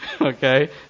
okay